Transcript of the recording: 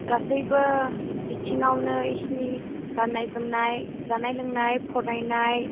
गासैबो बिथिङावनो बिसोरनि गाननाय जोमनाय जानाय लोंनाय फरायनाय